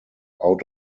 out